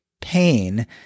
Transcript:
pain